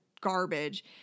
garbage